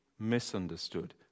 Misunderstood